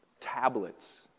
tablets